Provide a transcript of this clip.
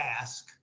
ask